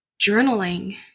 journaling